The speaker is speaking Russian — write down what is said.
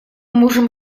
можем